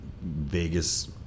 Vegas